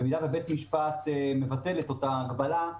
במידה שבית המשפט מבטל את אותה הגבלה,